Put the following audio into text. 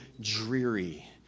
dreary